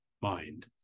mind